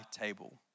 table